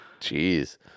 Jeez